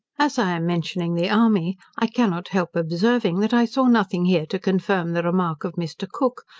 as i am mentioning the army, i cannot help observing, that i saw nothing here to confirm the remark of mr. cook,